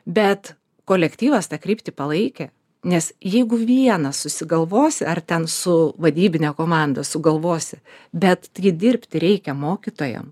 bet kolektyvas tą kryptį palaikė nes jeigu vienas susigalvosi ar ten su vadybine komanda sugalvosi bet dirbti reikia mokytojam